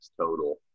total